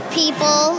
people